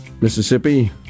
Mississippi